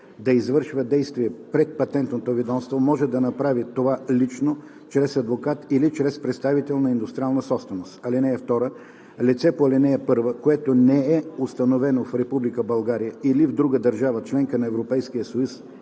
да извършва действия пред Патентното ведомство, може да направи това лично, чрез адвокат или чрез представител по индустриална собственост. (2) Лице по ал. 1, което не е установено в Република България или в друга държава – членка на Европейския съюз,